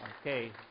Okay